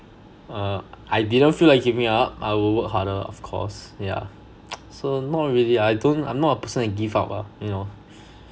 err I didn't feel like giving up I would work harder of course yeah so not really I don't I'm not a person that give up ah you know